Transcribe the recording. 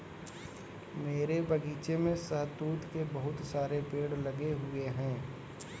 मेरे बगीचे में शहतूत के बहुत सारे पेड़ लगे हुए हैं